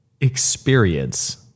experience